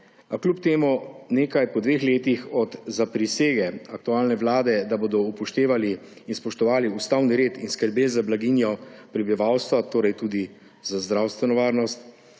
A kljub temu po dveh letih od zaprisege aktualne vlade, da bodo upoštevali in spoštovali ustavni red in skrbeli za blaginjo prebivalstva, torej tudi za zdravstveno varnost,